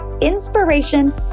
Inspiration